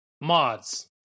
mods